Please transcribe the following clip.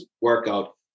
workout